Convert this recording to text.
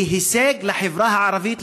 היא הישג לחברה הערבית,